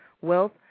wealth